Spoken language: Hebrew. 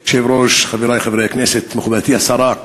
היושב-ראש, חברי חברי הכנסת, מכובדתי השרה,